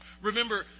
Remember